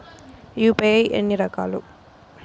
UPI ఎన్ని రకాలు?